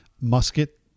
musket